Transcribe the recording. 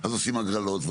אז עושים הגרלות,